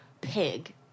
pig